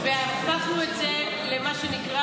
לקחנו את המילה